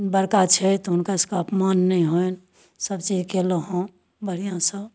बड़का छथि हुनका सबके अपमान नहि होअनि सब चीज कयलहुँ हँ बढ़िआँसँ